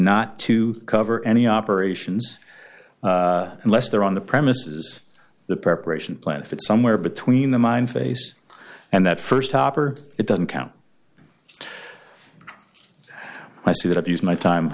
not to cover any operations unless they're on the premises the preparation plan if it's somewhere between the mine face and that st copper it doesn't count i see that i've used my time